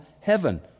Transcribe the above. heaven